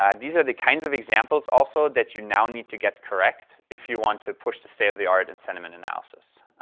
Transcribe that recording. and these are the kinds of examples, also, that you now need to get correct if you want to push the state of the art in sentiment analysis.